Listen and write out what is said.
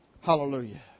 Hallelujah